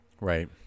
Right